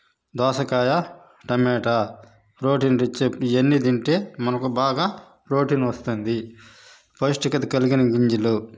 దోసకాయ tomato protein rich ఇవన్నీ తింటే మనకు బాగా ప్రోటీన్ వస్తుంది పౌష్టికత కలిగిన గింజలు